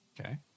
Okay